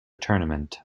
tournament